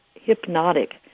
hypnotic